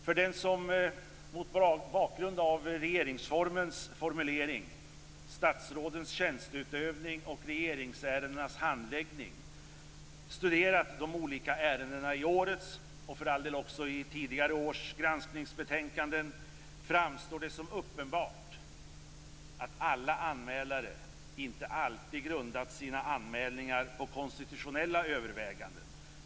För den som mot bakgrund av regeringsformens formulering om statsrådens tjänsteutövning och regeringsärendenas handläggning har studerat de olika ärendena i årets - och för all del också i tidigare års - granskningsbetänkanden framstår det som uppenbart att alla anmälare inte alltid grundat sina anmälningar på konstitutionella överväganden.